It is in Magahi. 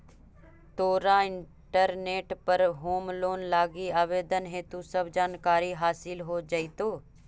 तोरा इंटरनेट पर होम लोन लागी आवेदन हेतु सब जानकारी हासिल हो जाएतो